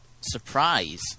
surprise